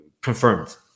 confirmed